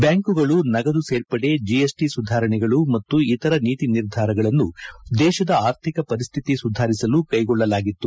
ಬ್ಯಾಂಕುಗಳು ನಗದು ಸೇರ್ಪದೆ ಜಿಎಸ್ಟಿ ಸುಧಾರಣೆಗಳು ಮತ್ತು ಇತರ ನೀತಿ ನಿರ್ಧಾರಗಳನ್ನು ದೇಶದ ಆರ್ಥಿಕ ಪರಿಸ್ಥಿತಿ ಸುಧಾರಿಸಲು ಕ್ಷೆಗೊಳ್ಳಲಾಗಿತ್ತು